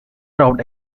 route